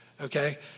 okay